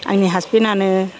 आंनि हासबेनानो